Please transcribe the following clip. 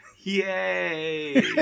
Yay